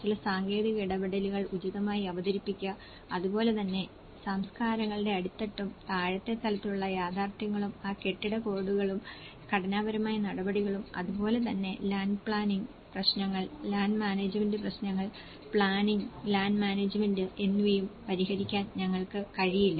ചില സാങ്കേതിക ഇടപെടലുകൾ ഉചിതമായി അവതരിപ്പിക്കുക അതുപോലെ തന്നെ സംസ്കാരങ്ങളുടെ അടിത്തട്ടും താഴത്തെ തലത്തിലുള്ള യാഥാർത്ഥ്യങ്ങളും ആ കെട്ടിട കോഡുകളും ഘടനാപരമായ നടപടികളും അതുപോലെ തന്നെ ലാൻഡ് പ്ലാനിംഗ് പ്രശ്നങ്ങൾ ലാൻഡ് മാനേജ്മെന്റ് പ്രശ്നങ്ങൾ പ്ലാനിംഗ് ലാൻഡ് മാനേജ്മെന്റ് എന്നിവയും പരിഹരിക്കാൻ ഞങ്ങൾക്ക് കഴിയില്ല